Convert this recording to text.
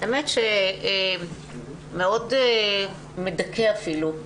מאוד מדכא אפילו,